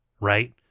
right